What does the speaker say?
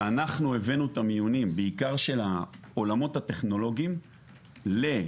שאנחנו הבאנו את המיונים בעיקר של העולמות הטכנולוגים לקריות,